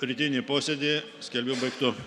rytinį posėdį skelbiu baigtu